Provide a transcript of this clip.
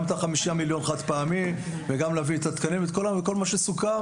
גם את החמישה מיליון חד פעמי וגם להביא את התקנים וכל מה שסוכם.